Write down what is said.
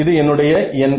இது என்னுடைய n